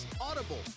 Audible